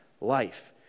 life